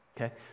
Okay